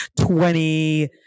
twenty